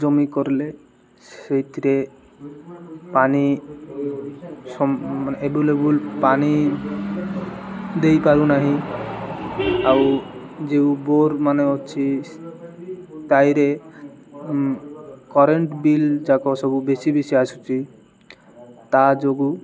ଜମି କରଲେ ସେଇଥିରେ ପାଣି ସମ୍ ମାନେ ଏଭେଲେବୁଲ୍ ପାଣି ଦେଇପାରୁନାହିଁ ଆଉ ଯେଉଁ ବୋର୍ ମାନେ ଅଛି ତାଇରେ କରେଣ୍ଟ ବିଲ୍ ଯାକ ସବୁ ବେଶୀ ବେଶୀ ଆସୁଛି ତା ଯୋଗୁଁ